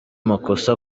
makosa